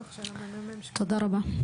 תודה רבה.